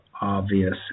obvious